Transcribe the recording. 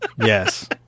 Yes